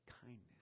kindness